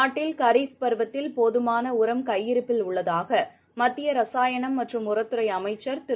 நாட்டில் கரீஃப் பருவத்தில் போதுமானஉரம் கையிருப்பில் உள்ளதாகமத்தியரசாயணம் மற்றும் உரத் துறைஅமைச்சர் திரு